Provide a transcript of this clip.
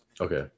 Okay